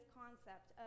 concept